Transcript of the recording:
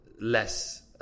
less